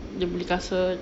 dia beli kasut